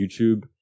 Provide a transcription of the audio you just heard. YouTube